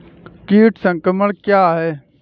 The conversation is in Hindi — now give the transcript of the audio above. कीट संक्रमण क्या है?